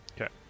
okay